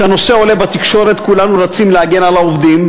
כשהנושא עולה בתקשורת כולנו רצים להגן על העובדים,